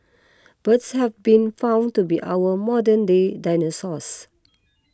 birds have been found to be our modern day dinosaurs